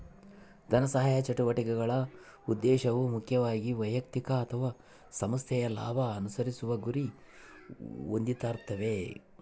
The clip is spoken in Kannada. ಧನಸಹಾಯ ಚಟುವಟಿಕೆಗಳ ಉದ್ದೇಶವು ಮುಖ್ಯವಾಗಿ ವೈಯಕ್ತಿಕ ಅಥವಾ ಸಂಸ್ಥೆಯ ಲಾಭ ಅನುಸರಿಸುವ ಗುರಿ ಹೊಂದಿರ್ತಾವೆ